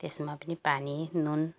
त्यसमा पनि पानी नुन